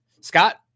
Scott